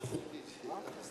תודה.